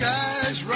Guys